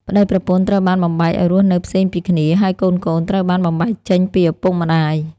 ប្តីប្រពន្ធត្រូវបានបំបែកឱ្យរស់នៅផ្សេងពីគ្នា ហើយកូនៗ ត្រូវបានបំបែកចេញពីឪពុកម្តាយ ។